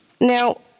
Now